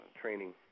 training